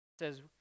says